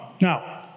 Now